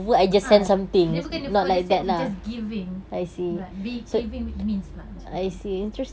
a'ah dia bukan the for the sake of just giving but giving with means lah macam tu